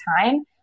time